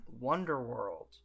Wonderworld